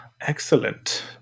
Excellent